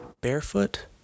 barefoot